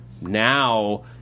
now